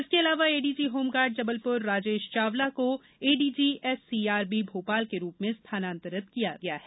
इसके अलावा ADG home guard Jabalpur Rajesh Chawla को एडीजी एससीआरबी भोपाल के रूप में स्थानांतरित किया गया है